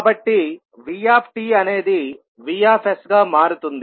కాబట్టి vtఅనేది Vsగా మారుతుంది